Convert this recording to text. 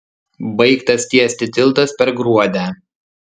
baigtas tiesti tiltas per gruodę